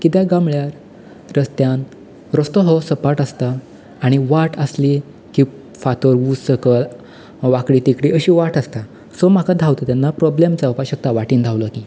किद्याक गाय म्हळ्यार रसत्यान रस्तो हो सपाट आसता आनी वाट आसली की फातर ऊंच सकल वाकडी तिकडी अशीं वाट आसता सो म्हाका धांवतां तेन्ना प्रोबल्म जावपाक शकता वाटेन धांवलो की